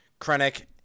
Krennic